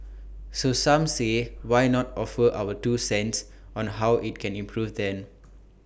so some say why not offer our two cents on how IT can improve then